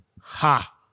Ha